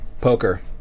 Poker